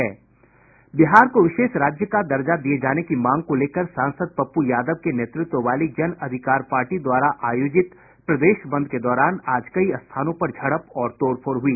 बिहार को विशेष राज्य का दर्जा दिये जाने की मांग को लेकर सांसद पप्पू यादव के नेतृत्व वाली जन अधिकार पार्टी द्वारा आयोजित प्रदेश बंद के दौरान आज कई स्थानों पर झड़प और तोड़ फोड़ हुई